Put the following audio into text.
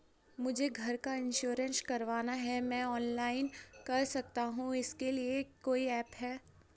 मुझे घर का इन्श्योरेंस करवाना है क्या मैं ऑनलाइन कर सकता हूँ इसके लिए कोई ऐप है?